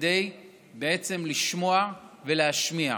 כדי לשמוע ולהשמיע,